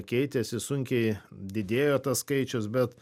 keitėsi sunkiai didėjo tas skaičius bet